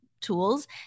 tools